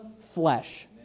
flesh